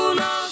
no